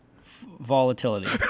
volatility